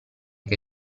che